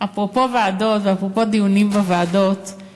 אפרופו ועדות ואפרופו דיונים בוועדות,